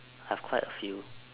I have quite a few